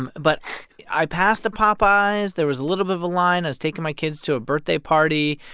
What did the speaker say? um but i passed a popeyes. there was a little bit of a line. i was taking my kids to a birthday party.